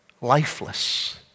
lifeless